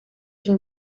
une